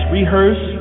rehearse